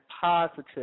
positive